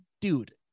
dude